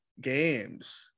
games